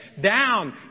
down